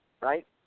right